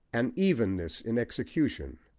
an evenness in execution,